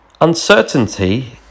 Uncertainty